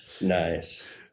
Nice